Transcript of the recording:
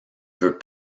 veut